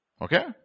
okay